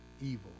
evil